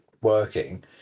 working